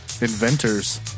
inventors